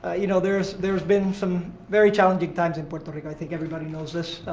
ah you know, there's there's been some very challenging times in puerto rico. i think everybody knows this.